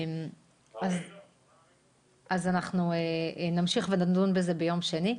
אנחנו נמשיך ונדון בזה ביום שני.